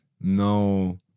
No